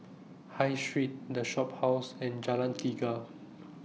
High Street The Shophouse and Jalan Tiga